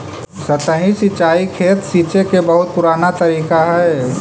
सतही सिंचाई खेत सींचे के बहुत पुराना तरीका हइ